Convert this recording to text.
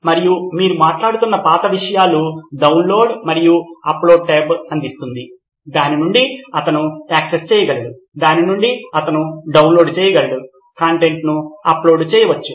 మరియు మీరు మాట్లాడుతున్న పాత విషయాలను డౌన్లోడ్ మరియు అప్లోడ్ ట్యాబ్ అందిస్తుంది దాని నుండి అతను యాక్సెస్ చేయగలడు దాని నుండి అతను డౌన్లోడ్ చేయగలడు కంటెంట్ను అప్లోడ్ చేయవచ్చు